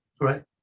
right